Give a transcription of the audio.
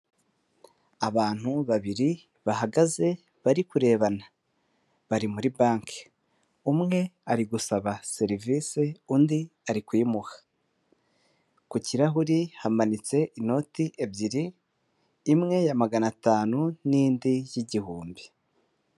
Abantu babiri bahagaze bari kurebana. Bari muri banki, umwe ari gusaba serivisi undi ari kuyimuha. Ku kirahuri hamanitse inoti ebyiri imwe ya magana atanu n'indi y'igihumbi.